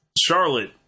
Charlotte